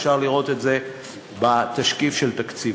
אפשר לראות את זה בתשקיף של תקציבו.